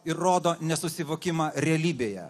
ir rodo nesusivokimą realybėje